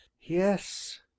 Yes